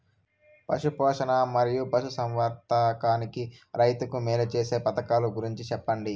పశు పోషణ మరియు పశు సంవర్థకానికి రైతుకు మేలు సేసే పథకాలు గురించి చెప్పండి?